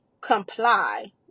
comply